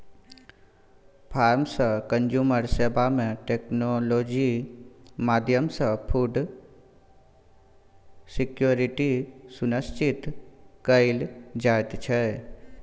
farm सँ consumer सेबा मे टेक्नोलॉजी माध्यमसँ फुड सिक्योरिटी सुनिश्चित कएल जाइत छै